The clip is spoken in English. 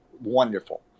wonderful